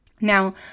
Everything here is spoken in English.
Now